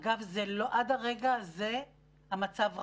אגב, עד הרגע הזה המצב רע.